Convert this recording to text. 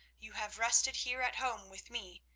you have rested here at home with me,